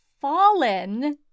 fallen